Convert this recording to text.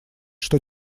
что